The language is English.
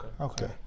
Okay